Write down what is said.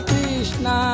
Krishna